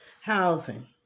housing